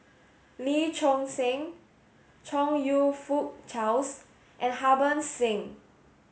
Lee Choon Seng Chong You Fook Charles and Harbans Singh